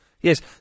Yes